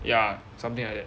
ya something like that